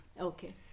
Okay